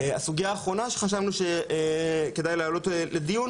הסוגייה האחרונה שחשבנו שכדאי להעלות לדיון